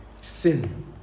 Sin